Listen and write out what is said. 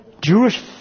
Jewish